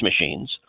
machines